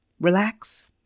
Relax